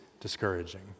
discouraging